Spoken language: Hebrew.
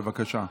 בבקשה.